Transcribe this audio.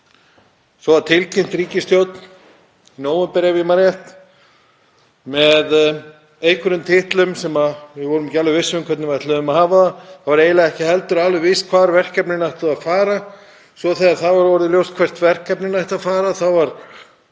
svo var tilkynnt ríkisstjórn, í nóvember ef ég man rétt, með einhverjum titlum sem við vorum ekki alveg viss um hvernig við ætluðum að hafa. Það var eiginlega ekki heldur alveg víst hvert verkefnin ættu að fara, svo þegar það var orðið ljóst hvert verkefnin ættu að fara þá var